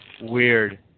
Weird